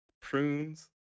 Prunes